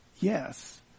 Yes